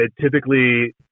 typically